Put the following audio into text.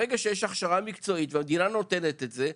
ברגע שיש הכשרה מקצועית והמדינה נותנת את זה,